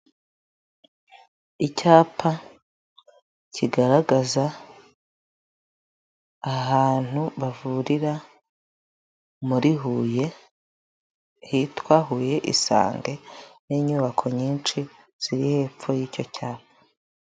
Icyapa kigaragaza ahantu bavurira muri Huye, hitwa Huye Isange n'inyubako nyinshi ziri hepfo y'icyo cyapa.